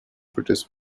british